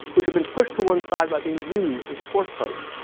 which had been pushed to one side by being used as a horse post.